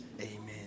Amen